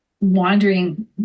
wandering